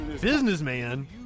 Businessman